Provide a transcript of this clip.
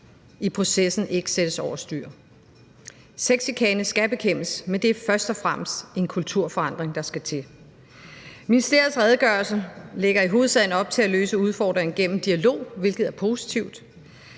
i processen ikke sættes over styr. Sexchikane skal bekæmpes, men det er først og fremmest en kulturforandring, der skal til. Ministeriets redegørelse lægger i hovedsagen op til at løse udfordringen gennem dialog, hvilket er positivt.